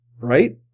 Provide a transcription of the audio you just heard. Right